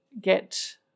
get